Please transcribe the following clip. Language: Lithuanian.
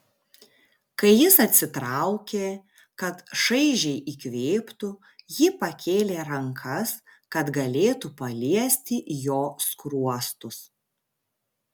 kai jis atsitraukė kad šaižiai įkvėptų ji pakėlė rankas kad galėtų paliesti jo skruostus